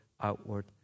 outward